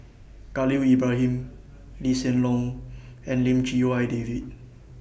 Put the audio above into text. Khalil Ibrahim Lee Hsien Loong and Lim Chee Wai David